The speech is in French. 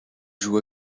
joue